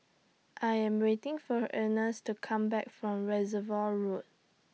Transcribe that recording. I Am waiting For Ernest to Come Back from Reservoir Road